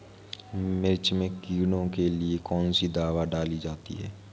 मिर्च में कीड़ों के लिए कौनसी दावा डाली जाती है?